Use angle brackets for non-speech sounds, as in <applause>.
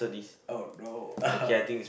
oh no <noise>